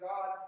God